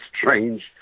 strange